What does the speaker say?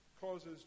causes